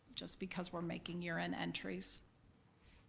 just because we're making year-end entries